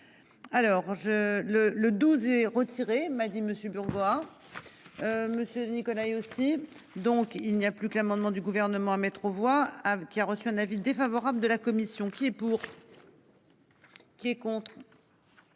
le le 12 et retirer m'a dit, monsieur, bonsoir. Monsieur Nicolas aussi donc il n'y a plus que l'amendement du gouvernement à mettre aux voix qui a reçu un avis défavorable de la commission qui est pour. Qui est contre.